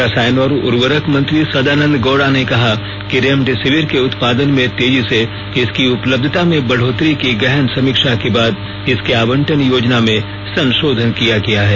रसायन और उर्वरक मंत्री सदानद गौड़ा ने कहा कि रेमडेसिविर के उत्पादन में तेजी से इसकी उपलब्यता में बढोतरी की गहन समीक्षा के बाद इसकी आवंटन योजना में संशोधन किया गया है